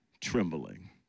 trembling